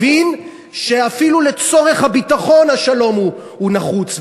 הבין שאפילו לצורך הביטחון השלום נחוץ,